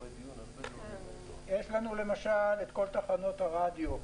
יש לנו למשל את תחנות הרדיו,